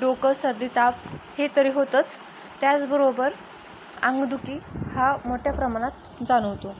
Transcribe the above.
डोकं सर्दी ताप हे तरी होतंच त्याचबरोबर अंगदुखी हा मोठ्या प्रमाणात जाणवतो